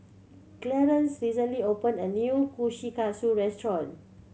Clearence recently opened a new Kushikatsu restaurant